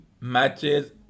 matches